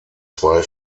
zwei